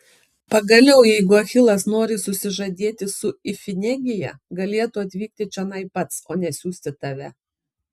pagaliau jeigu achilas nori susižadėti su ifigenija galėtų atvykti čionai pats o ne siųsti tave